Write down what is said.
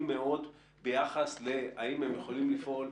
מאוד ביחס לשאלות: האם הם יכולים לפעול?